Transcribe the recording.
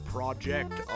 Project